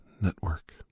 network